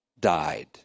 died